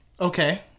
Okay